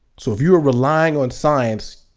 so if you were relying on science,